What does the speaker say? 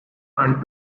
and